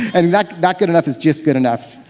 and like not good enough is just good enough,